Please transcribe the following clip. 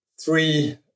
three